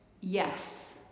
yes